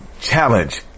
challenge